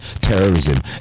terrorism